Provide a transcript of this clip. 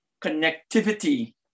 connectivity